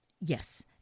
Yes